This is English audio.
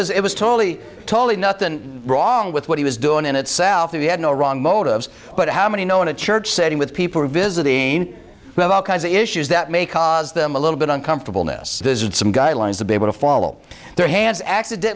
as it was totally totally nothing wrong with what he was doing in itself that he had no wrong motives but how many know in a church setting with people visiting with all kinds of issues that may cause them a little bit uncomfortable ness visit some guidelines to be able to follow their hands accident